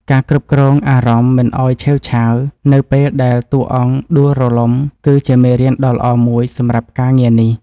ការគ្រប់គ្រងអារម្មណ៍មិនឱ្យឆេវឆាវនៅពេលដែលតួអង្គដួលរលំគឺជាមេរៀនដ៏ល្អមួយសម្រាប់ការងារនេះ។